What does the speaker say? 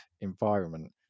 environment